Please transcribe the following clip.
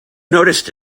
noticed